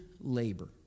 labor